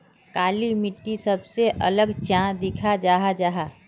काली मिट्टी सबसे अलग चाँ दिखा जाहा जाहा?